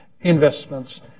investments